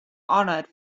honoured